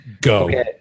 Go